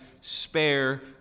spare